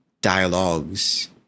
dialogues